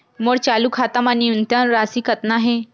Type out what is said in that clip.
मोर चालू खाता मा न्यूनतम राशि कतना हे?